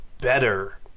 better